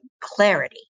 clarity